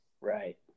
Right